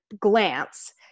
glance